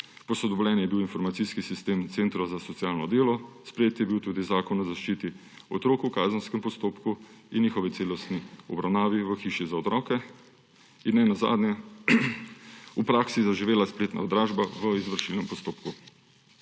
Posodobljen je bil informacijski sistem Centra za socialno delo, sprejet je bil tudi Zakon o zaščiti otrok v kazenskem postopku in njihovi celostni obravnavi v hiši za otroke in ne nazadnje je v praksi zaživela spletna dražba v izvršilnem postopku.